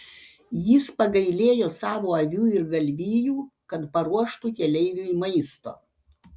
jis pagailėjo savo avių ir galvijų kad paruoštų keleiviui maisto